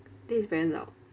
then it's very loud